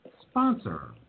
sponsor